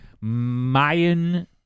Mayan